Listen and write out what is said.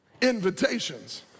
invitations